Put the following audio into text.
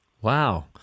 Wow